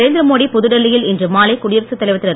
நரேந்திரேமோடி புதுடெல்லியில் இன்று மாலை குடியரசுத் தலைவர் திரு